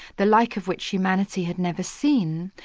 the like of which humanity had never seen.